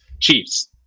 Chiefs